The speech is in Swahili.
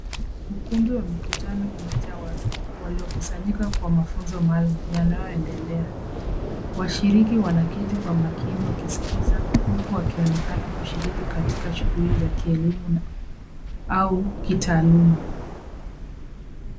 Ukumbi wa mikutano umejaa watu waliokusanyika kwa mafunzo maalum yanayoendelea. Washiriki wanaketi kwa makini wakisikiliza huku wakionekana kushiriki katika shughuli za kielimu au kitaaluma.